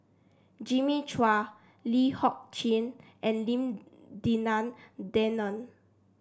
Jimmy Chua Lee Kong Chian and Lim Denan Denon